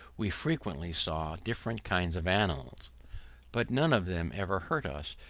we frequently saw different kinds of animals but none of them ever hurt us,